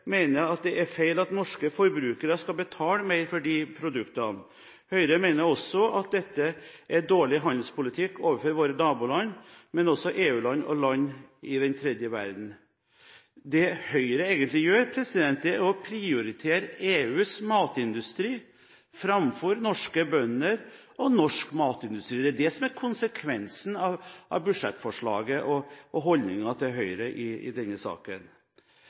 mener det er feil at norske forbrukere skal betale mer for produktene. Høyre mener også at dette er dårlig handelspolitikk overfor våre naboland, EU-land og land i den tredje verden. Det Høyre egentlig gjør, er å prioritere EUs matindustri foran norske bønder og norsk matindustri. Det er konsekvensen av budsjettforslaget og Høyres holdning i denne saken.